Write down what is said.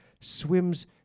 swims